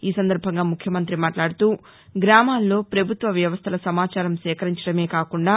ఈ సందర్బంగా ముఖ్యమంతి మాట్లాడుతూగ్రామాల్లో ప్రభుత్వ వ్యవస్థల సమాచారం సేకరించడమే కాకుండా